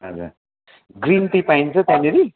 green tea पाइन्छ त्यहाँनेरि